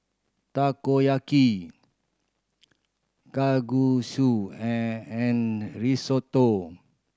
Takoyaki Kalguksu and Risotto